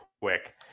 quick